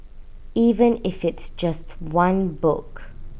even if it's just one book